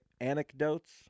anecdotes